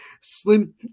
slim